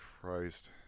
Christ